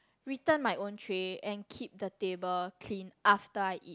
return my own tray and keep the table clean after I eat